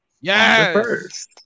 Yes